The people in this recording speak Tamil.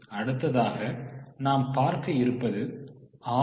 அடுத்ததாக நாம் பார்க்க இருப்பது ஆர்